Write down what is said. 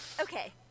okay